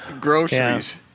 groceries